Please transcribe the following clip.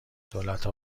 دولتها